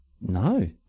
No